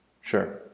Sure